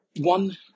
one